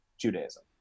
Judaism